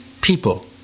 people